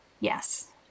Yes